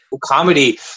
Comedy